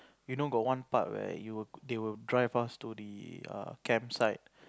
you know got one part where you will they will drive us to the err camp site